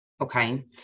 okay